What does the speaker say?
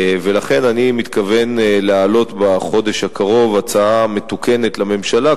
ולכן אני מתכוון להעלות בחודש הקרוב הצעה מתוקנת לממשלה,